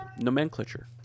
nomenclature